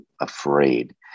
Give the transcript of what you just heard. afraid